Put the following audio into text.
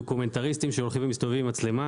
דוקומנטריסטים שהולכים ומסתובבים עם מצלמה,